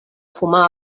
fumar